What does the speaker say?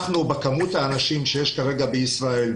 במספר האנשים שיש כרגע בישראל,